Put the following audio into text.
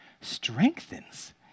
strengthens